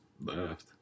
left